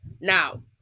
Now